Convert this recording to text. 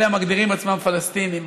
אלה המגדירים עצמם פלסטינים,